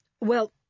Well